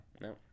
No